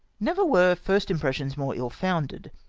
never were first impressions more ill-founded.